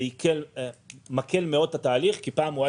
זה מקל מאוד את התהליך כי פעם הוא היה